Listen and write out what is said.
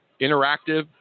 interactive